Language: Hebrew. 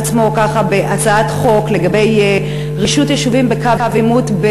עצמו בהצעת חוק לגבי רישות יישובים בקו עימות,